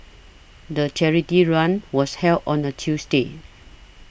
the charity run was held on a Tuesday